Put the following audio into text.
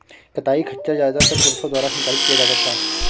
कताई खच्चर ज्यादातर पुरुषों द्वारा संचालित किया जाता था